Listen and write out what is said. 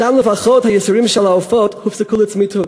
שם לפחות הייסורים של העופות הופסקו לצמיתות.